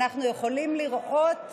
אנחנו יכולים לראות